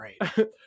great